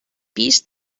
pis